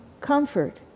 comfort